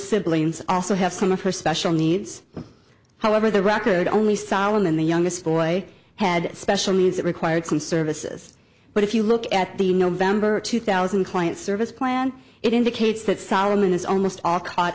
siblings also have some of her special needs however the record only solomon the youngest boy had special needs that required some services but if you look at the november two thousand client service plan it indicates that solomon is almost all caught